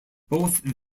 both